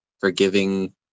forgiving